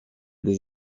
des